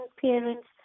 parents